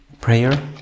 prayer